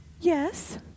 Yes